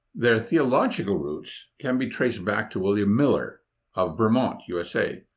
their theological roots can be traced back to william miller of vermont, u s a.